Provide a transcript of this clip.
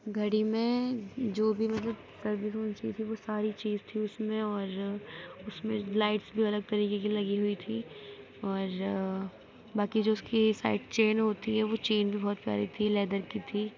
گھڑی میں جو بھی مطلب وہ ساری چیز تھی اُس میں اور اُس میں لائٹ بھی الگ طریقے کی لگی ہوئی تھی اور باقی جو اُس كی سائڈ چین ہوتی ہے وہ چین بھی بہت پیاری تھی لیدر کی تھی